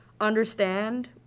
understand